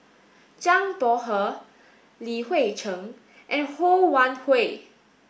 Zhang Bohe Li Hui Cheng and Ho Wan Hui